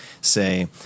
say